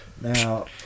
Now